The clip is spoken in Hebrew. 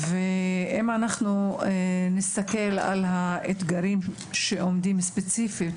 ואם נסתכל על האתגרים שעומדים ספציפית